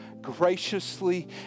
graciously